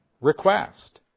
request